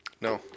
no